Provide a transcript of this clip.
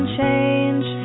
change